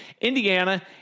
Indiana